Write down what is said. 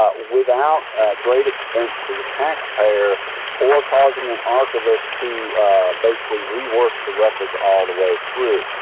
ah without great expense to the tax payer or causing an archivist to basically rework the records all the way through?